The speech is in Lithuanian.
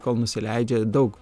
kol nusileidžia daug